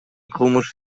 кылмыш